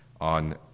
on